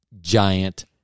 giant